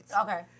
Okay